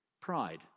pride